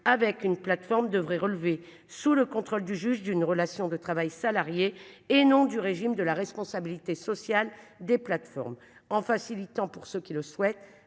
avec une plateforme devrait relever sous le contrôle du juge d'une relation de travail salarié et non du régime de la responsabilité sociale des plateformes en facilitant pour ceux qui le souhaitent